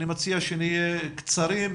אני מציע שנהיה קצרים,